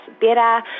better